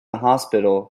hospital